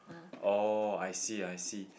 orh I see I see